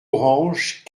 orange